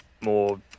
more